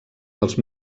dels